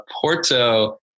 Porto